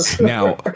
Now